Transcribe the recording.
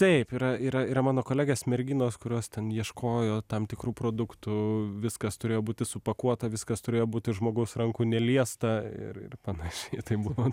taip yra yra yra mano kolegės merginos kurios ten ieškojo tam tikrų produktų viskas turėjo būti supakuota viskas turėjo būti žmogaus rankų neliesta ir ir panašiai tai buvo